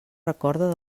recorda